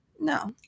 no